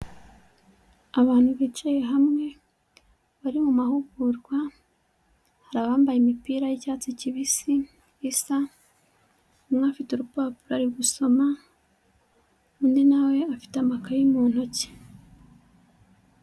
Abantu bicaye hamwe bari mu mahugurwa hari abambaye imipira y'icyatsi kibisi bisa, n'ufite urupapuro ari gusoma undi nawe afite amakaye mu ntoki.